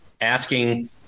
asking